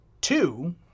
two